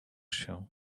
się